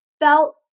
felt